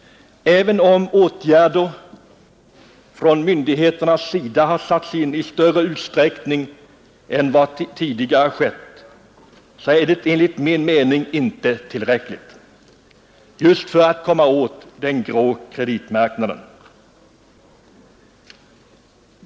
Även om åtgärder från myndigheterna har satts in i större utsträckning än vad som tidigare skett, är det enligt min mening inte tillräckligt för att komma åt den grå kreditmarknaden.